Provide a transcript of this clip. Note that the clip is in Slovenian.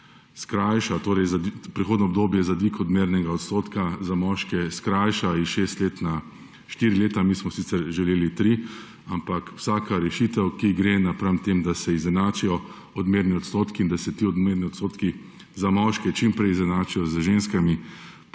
skupine, da se prehodno obdobje za dvig odmernega odstotka za moške skrajša iz 6 let na 4 leta. Mi smo sicer želeli 3, ampak vsako rešitev, ki gre v smeri tega, da se izenačijo odmerni odstotki in da se ti odmerni odstotki za moške čimprej izenačijo z ženskami,